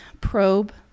probe